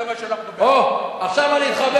זה מה שאנחנו בעדו.